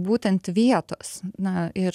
būtent vietos na ir